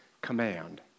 command